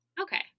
Okay